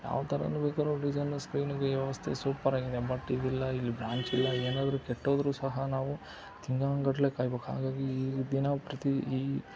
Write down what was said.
ಯಾವ ಥರನೂ ಬೇಕಾದ್ರೂ ಡಿಸೈನರ್ ಸ್ಕ್ರೀನಿಂಗ್ ವ್ಯವಸ್ಥೆ ಸೂಪ್ಪರಾಗಿದೆ ಬಟ್ ಇದಿಲ್ಲ ಇಲ್ಲಿ ಬ್ರ್ಯಾಂಚ್ ಇಲ್ಲ ಏನಾದರೂ ಕೆಟ್ಟೋದ್ರೂ ಸಹ ನಾವು ತಿಂಗ್ಳಾನುಗಟ್ಲೆ ಕಾಯ್ಬೋಕು ಹಾಗಾಗಿ ಈ ದಿನ ಪ್ರತಿ ಈ